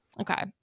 Okay